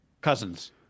Cousins